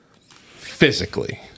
Physically